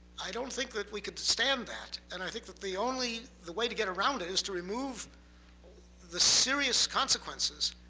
i don't think that we could stand that. and i think that the only way to get around it is to remove the serious consequences,